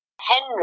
Henry